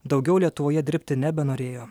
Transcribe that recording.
daugiau lietuvoje dirbti nebenorėjo